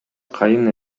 кайын